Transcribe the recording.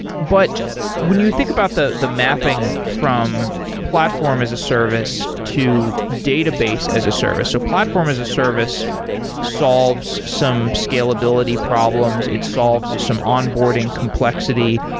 but when you think about the the mapping from platform as a service to database as a service so platform as a service solves some scalability problems. it solves some onboarding complexity.